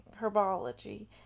herbology